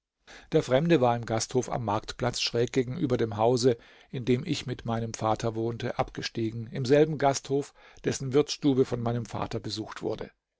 der fremde war im gasthof am marktplatz schräg gegenüber dem hause in dem ich mit meinem vater wohnte abgestiegen im selben gasthof dessen wirtsstube von meinem vater besucht wurde